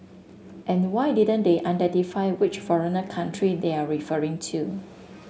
and why didn't they identify which foreigner country they're referring to